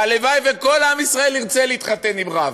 והלוואי שכל עם ישראל ירצה להתחתן עם רב,